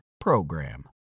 PROGRAM